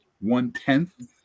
one-tenth